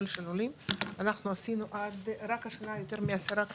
של עולים עשינו רק השנה מעל עשרה כנסים,